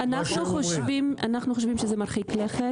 אנחנו חושבים שזה מרחיק לכת.